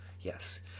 Yes